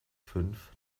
fünf